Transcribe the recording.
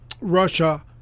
Russia